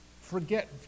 forget